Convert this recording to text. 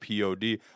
pod